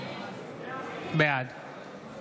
בעד